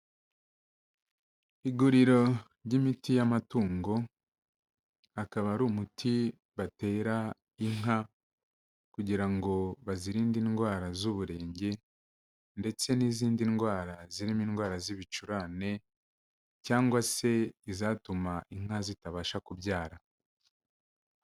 Iguriro ry'imiti y'amatungo, akaba ari umuti batera inka kugira ngo bazirinde indwara z'uburenge ndetse n'izindi ndwara zirimo indwara z'ibicurane cyangwa se izatuma inka zitabasha kubyara.